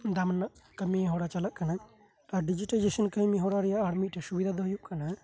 ᱫᱟᱢᱟᱱᱟᱜ ᱠᱟᱹᱢᱤ ᱦᱚᱨᱟ ᱪᱟᱞᱟᱜ ᱠᱟᱱᱟ ᱟᱨ ᱰᱤᱡᱤᱴᱮᱞᱟᱭᱡᱮᱥᱚᱱ ᱠᱟᱹᱢᱤ ᱨᱮᱭᱟᱜ ᱚᱨ ᱢᱤᱫᱴᱮᱡ ᱥᱩᱵᱤᱫᱷᱟ ᱫᱚ ᱦᱩᱭᱩᱜ ᱠᱟᱱᱟ